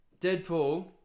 Deadpool